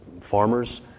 farmers